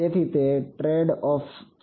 તેથી તે ટ્રેડઓફ્સ છે